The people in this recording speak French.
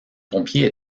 pompier